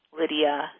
Lydia